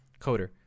coder